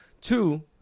two